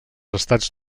estats